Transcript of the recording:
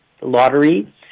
lottery